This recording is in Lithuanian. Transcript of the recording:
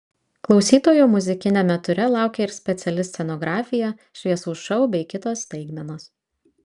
klausytojų muzikiniame ture laukia ir speciali scenografija šviesų šou bei kitos staigmenos